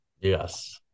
Yes